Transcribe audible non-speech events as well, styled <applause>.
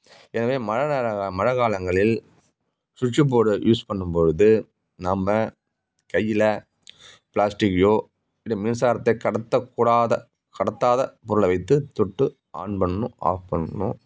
எனவே மழை நேர மழைக்காலங்களில் சுவிட்ச் போர்டு யூஸ் பண்ணும் பொழுது நம்ம கையில பிளாஸ்டிக்கோ <unintelligible> மின்சாரத்தை கடத்தக்கூடாத கடத்தாத பொருளை வைத்து தொட்டு ஆன் பண்ணணும் ஆப் பண்ணணும்